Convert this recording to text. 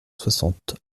soixante